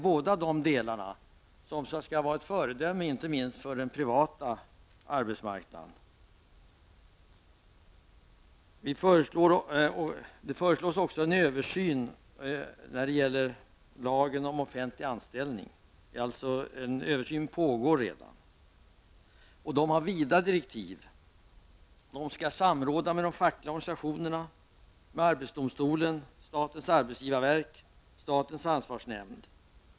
Båda dessa delar skall vara ett föredöme, inte minst för den privata arbetsmarknaden. Det föreslås också en översyn när det gäller lagen om offentlig anställning. En översyn pågår redan. Den har vida direktiv. Man skall samråda med de fackliga organisationerna, arbetsdomstolen, statens arbetsgivarverk och statens ansvarsnämnd.